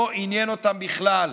זה לא עניין אותם בכלל.